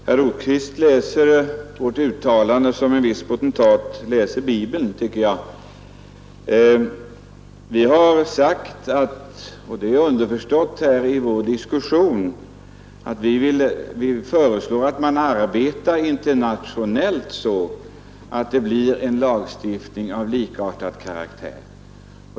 Herr talman! Herr Rosqvist läser vårt uttalande som en viss potentat läser Bibeln, tycker jag. Vi har sagt — och det är underförstått i vår diskussion — att vi vill föreslå att man arbetar internationellt så, att det blir en lagstiftning av likartad karaktär.